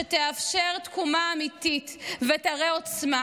שתאפשר תקומה אמיתית ותראה עוצמה,